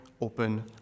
open